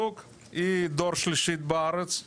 היא דור שלישי בארץ,